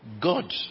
God